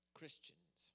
Christians